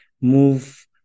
move